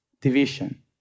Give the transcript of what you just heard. division